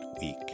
week